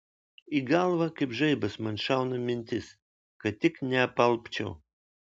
į galvą kaip žaibas man šauna mintis kad tik neapalpčiau